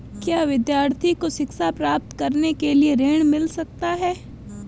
क्या विद्यार्थी को शिक्षा प्राप्त करने के लिए ऋण मिल सकता है?